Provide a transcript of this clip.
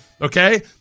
Okay